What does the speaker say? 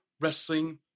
wrestling